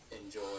enjoy